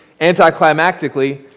anticlimactically